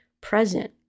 present